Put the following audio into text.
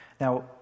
Now